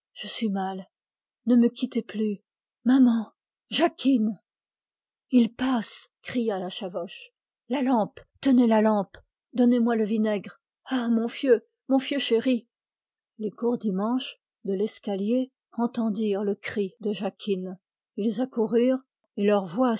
je suis mal ne me quittez plus maman jacquine il passe cria la chavoche la lampe tenez la lampe donnez-moi le vinaigre ah mon fieu mon fieu chéri les courdimanche de l'escalier entendirent le cri de jacquine ils accoururent et leurs voix